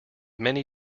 many